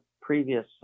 previous